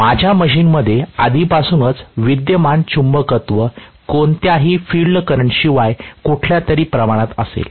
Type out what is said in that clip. माझ्या मशीनमध्ये आधीपासूनच विद्यमान चुंबकत्व कोणत्याही फील्ड करंटशिवाय कुठल्यातरी परिमाणात असेल